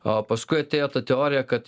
o paskui atėjo ta teorija kad